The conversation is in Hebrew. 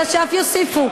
אלא שאף יוסיפו.